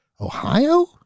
Ohio